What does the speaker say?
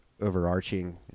overarching